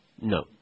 No